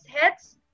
heads